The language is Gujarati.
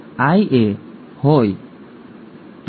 આ આપણા માટે બ્લડ ગ્રુપ નક્કી કરે છે